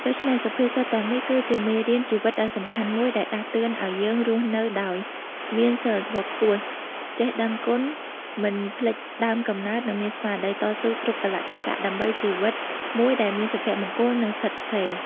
ដូច្នេះ សុភាសិតទាំងនេះគឺជាមេរៀនជីវិតដ៏សំខាន់មួយដែលដាស់តឿនឱ្យយើងរស់នៅដោយមានសីលធម៌ខ្ពស់ ចេះដឹងគុណ មិនភ្លេចដើមកំណើត និងមានស្មារតីតស៊ូគ្រប់កាលៈទេសៈ ដើម្បីជីវិតមួយដែលមានសុភមង្គល និងស្ថិតស្ថេរ។